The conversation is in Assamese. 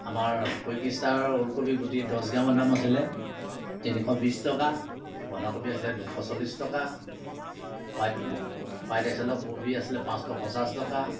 আমাৰ কুইক ষ্টাৰ ওলকবি গুটি দহ গ্ৰামৰ দাম আছিলে তিনিশ বিছ টকা বন্ধাকবি আছিলে দুশ চলিছ টকা হোৱাইট হোৱাইট এক্সেলৰ কবি আছিলে পাঁচশ পঞ্চাছ টকা